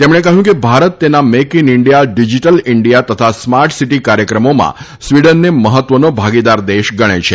તેમણે કહ્યું કે ભારત તેના make in India digital India તથા સ્માર્ટ સીટી કાર્યક્રમોમાં સ્વીડનને મહત્વનો ભાગીદાર દેશ ગણે છે